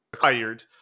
hired